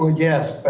ah yes,